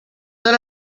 then